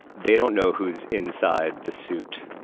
they don't know who's inside the suit.